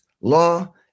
law